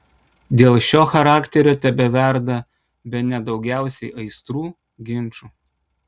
dėl šio charakterio tebeverda bene daugiausiai aistrų ginčų